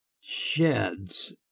sheds